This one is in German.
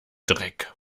dreck